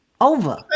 over